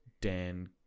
Dan